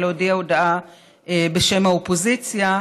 להודיע הודעה בשם האופוזיציה.